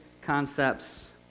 concepts